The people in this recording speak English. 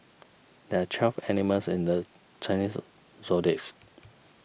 there are twelve animals in the Chinese zodiacs